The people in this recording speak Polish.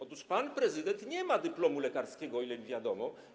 Otóż pan prezydent nie ma dyplomu lekarskiego, o ile mi wiadomo.